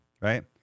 right